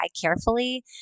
carefully